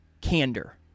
candor